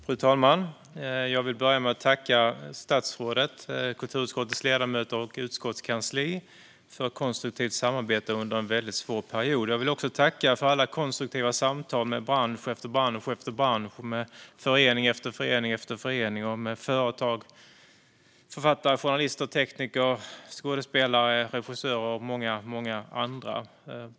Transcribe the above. Fru talman! Jag vill börja med att tacka statsrådet, kulturutskottets ledamöter och utskottets kansli för ett konstruktivt samarbete under en väldigt svår period. Jag vill också tacka för alla konstruktiva samtal med bransch efter bransch och med förening efter förening, liksom med företag, författare, journalister, tekniker, skådespelare, regissörer och många andra.